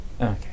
Okay